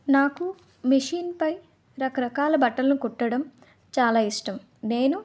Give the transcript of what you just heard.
నాకు మెషిన్పై రకరకాల బట్టలను కుట్టడం చాలా ఇష్టం నేను